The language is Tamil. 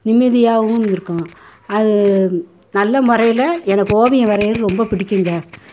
நிம்மதியாகவும் இருக்கும் அது நல்ல முறையில எனக்கு ஓவியம் வரைகிறது ரொம்ப பிடிக்குங்க